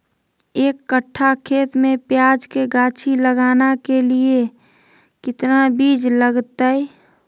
एक कट्ठा खेत में प्याज के गाछी लगाना के लिए कितना बिज लगतय?